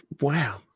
Wow